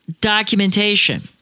documentation